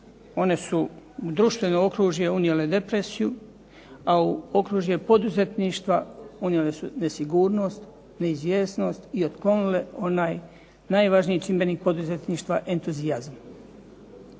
One su u društveno okružje unijele depresiju, a u okružje poduzetništva unijele su nesigurnost, neizvjesnost i otklonile onaj najvažniji čimbenik poduzetništva, entuzijazam.